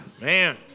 Man